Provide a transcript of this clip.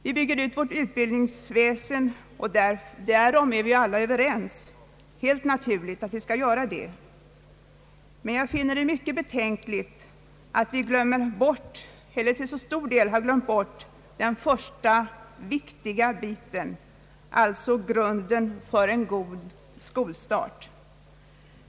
Vi bygger ut vårt utbildningsväsende, och vi är helt naturligt alla överens om att vi skall göra det, men jag finner det mycket betänkligt att vi till stor del har glömt bort den första viktiga delen, alltså grunden för en god skolstart.